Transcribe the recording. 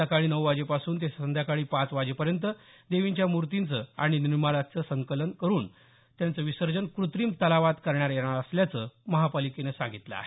सकाळी नऊ वाजेपासून ते सायंकाळी पाच वाजेपर्यंत देवींच्या मूर्तींचे आणि निर्माल्याचं संकलन करून त्यांचं विसर्जन कृत्रिम तलावात करण्यात येणार असल्याचं महानगरपालिकेनं सांगितलं आहे